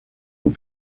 will